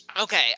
okay